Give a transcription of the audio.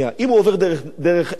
אם הוא עובר דרך ארץ נוספת,